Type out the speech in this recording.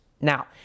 Now